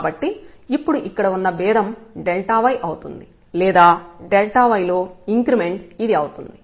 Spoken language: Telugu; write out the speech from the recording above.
కాబట్టి ఇప్పుడు ఇక్కడ ఉన్న భేదం y అవుతుంది లేదా y లో ఇంక్రిమెంట్ ఇది అవుతుంది